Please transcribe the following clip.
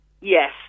Yes